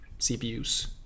CPUs